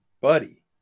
buddy